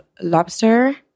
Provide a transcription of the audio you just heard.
lobster